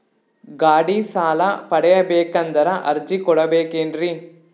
ಗಾಡಿ ಸಾಲ ಪಡಿಬೇಕಂದರ ಅರ್ಜಿ ಕೊಡಬೇಕೆನ್ರಿ?